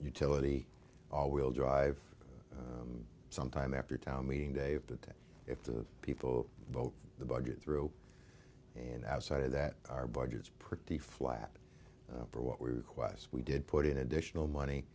utility all wheel drive sometime after town meeting dave but then if the people vote the budget through and outside of that our budgets pretty flat for what we request we did put in additional money